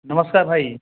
नमस्कार भाई